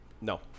No